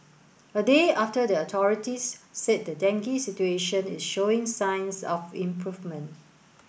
a day after the authorities said the dengue situation is showing signs of improvement